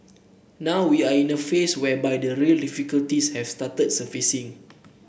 now we are in a phase whereby the real difficulties have started surfacing